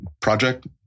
project